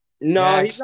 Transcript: No